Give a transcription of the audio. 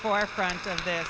forefront of this